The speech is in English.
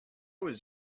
was